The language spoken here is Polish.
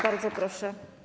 Bardzo proszę.